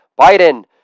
Biden